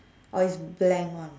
orh it's blank one